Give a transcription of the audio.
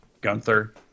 Gunther